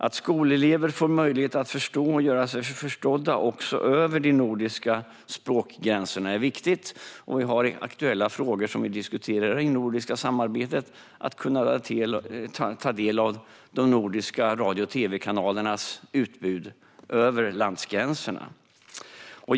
Att skolelever får möjlighet att förstå och göra sig förstådda också över de nordiska språkgränserna är viktigt, och det finns aktuella frågor som vi diskuterar i det nordiska samarbetet, till exempel att ta del av de nordiska radio och tv-kanalernas utbud över landsgränserna.